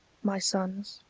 my sons,